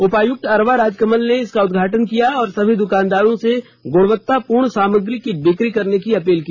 उपायुक्त अरवा राजकमल ने इसका उद्घाटन किया और सभी दुकानदारों से गुणवत्तापूर्ण सामग्री की बिक्री करने की अपील की